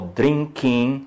drinking